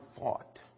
fought